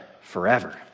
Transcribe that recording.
forever